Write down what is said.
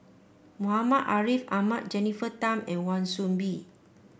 Muhammad Ariff Ahmad Jennifer Tham and Wan Soon Bee